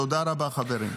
תודה רבה, חברים.